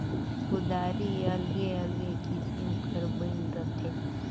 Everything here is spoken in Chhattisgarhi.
कुदारी अलगे अलगे किसिम कर बइन रहथे